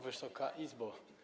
Wysoka Izbo!